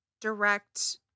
direct